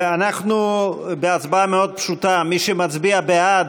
אנחנו בהצבעה מאוד פשוטה: מי שמצביע בעד,